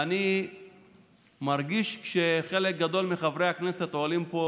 אני מרגיש שחלק גדול מחברי הכנסת עולים פה